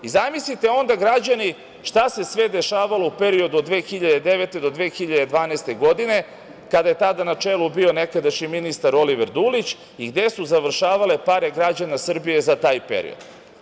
Zamislite onda građani, šta se sve dešavalo u periodu od 2009. do 2012. godine, kada je tada na čelu bio nekadašnji ministar Oliver Dulić, i gde su završavale pare građana Srbije za taj period.